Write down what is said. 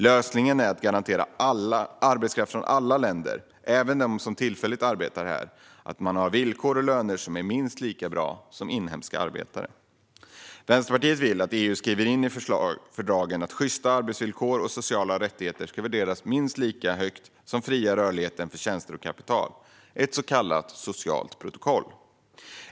Lösningen är att garantera att arbetskraft från alla länder, även de som tillfälligt arbetar här, har villkor och löner som är minst lika bra som inhemska arbetare. Vänsterpartiet vill att EU skriver in i fördragen att sjysta arbetsvillkor och sociala rättigheter värderas minst lika högt som den fria rörligheten för tjänster och kapital, ett så kallat socialt protokoll.